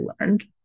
learned